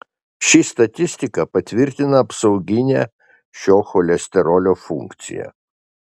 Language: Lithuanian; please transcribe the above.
ši statistika patvirtina apsauginę šio cholesterolio funkciją